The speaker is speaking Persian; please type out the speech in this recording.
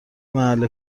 محل